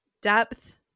depth